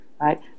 Right